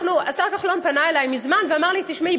השר כחלון פנה אלי מזמן ואמר לי: תשמעי,